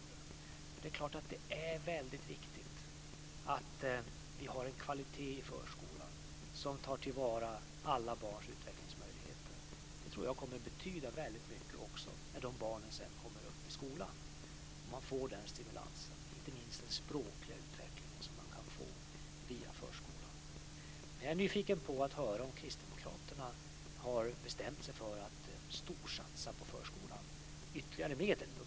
Det är klart att det är väldigt viktigt att vi har en kvalitet i förskolan som tar till vara alla barns utvecklingsmöjligheter. Att man får den stimulansen tror jag kommer att betyda väldigt mycket när de barnen sedan kommer upp i skolan, inte minst den språkliga utveckling som man kan få via förskolan. Men jag är nyfiken på att höra om Kristdemokraterna har bestämt sig för att storsatsa ytterligare medel på förskolan.